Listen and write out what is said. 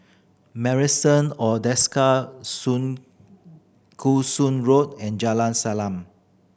Marrison or Desker Sun Koo Sun Road and Jalan Salang